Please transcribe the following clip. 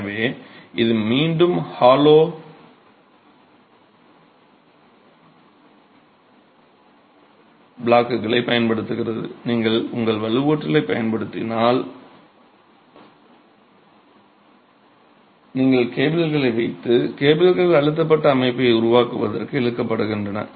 எனவே இது மீண்டும் ஹாலோ பிளாக்குகளைப் பயன்படுத்துகிறது நீங்கள் உங்கள் வலுவூட்டலைப் பயன்படுத்துகிறீர்கள் நீங்கள் கேபிள்களை வைத்து கேபிள்கள் அழுத்தப்பட்ட அமைப்பை உருவாக்குவதற்கு இழுக்கப்படுகின்றன